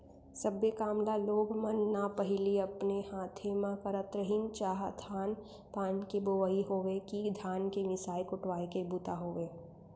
सब्बे काम ल लोग मन न पहिली अपने हाथे म करत रहिन चाह धान पान के बोवई होवय कि धान के मिसाय कुटवाय के बूता होय